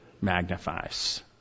magnifies